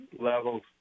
levels